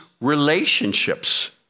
relationships